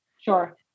sure